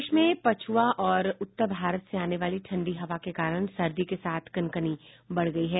प्रदेश में पछुआ और उत्तर भारत से आने वाली ठंडी हवा के कारण सर्दी के साथ कनकनी बढ़ गयी है